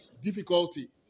difficulty